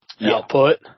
output